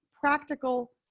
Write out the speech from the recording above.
practical